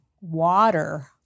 water